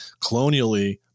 colonially